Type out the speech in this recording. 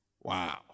Wow